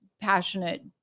passionate